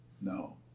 No